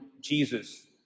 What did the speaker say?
Jesus